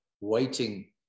waiting